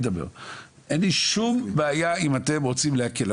אין לי שום בעיה אם אתם רוצים להקל,